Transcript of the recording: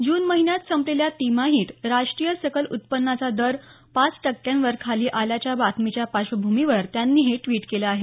जून महिन्यात संपलेल्या तिमाहीत राष्ट्रीय सकल उत्पन्नाचा दर पाच टक्क्यांवर खाली आल्याच्या बातमीच्या पार्श्वभूमीवर त्यांनी हे द्वीट केलं आहे